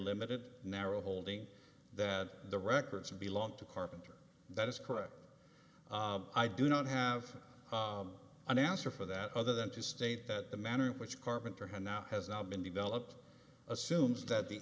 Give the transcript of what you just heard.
limited narrow holding that the records belong to carpenter that is correct i do not have an answer for that other than to state that the manner in which carpenter had not has not been developed assumes that the